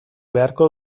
beharko